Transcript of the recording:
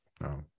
No